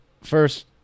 first